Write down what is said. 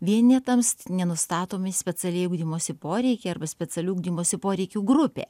vienetams nenustatomi specialieji ugdymosi poreikiai arba specialių ugdymosi poreikių grupė